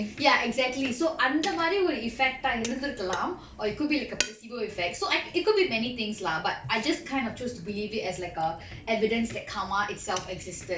ya exactly so அந்த மாறி ஒரு:antha mari oru effect ah இருந்திருக்கலாம்:irunthirukkalam or it could be like a placebo effect so it could be many things lah but I just kind of chose to believe it as like a evidence that karma itself existed